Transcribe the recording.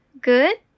good